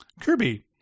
Kirby